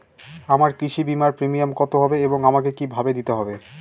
আমার কৃষি বিমার প্রিমিয়াম কত হবে এবং আমাকে কি ভাবে দিতে হবে?